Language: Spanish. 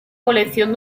colección